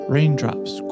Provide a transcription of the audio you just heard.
Raindrops